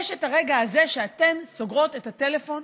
יש הרגע הזה שאתן סוגרות את הטלפון,